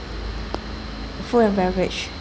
food and beverage